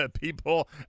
people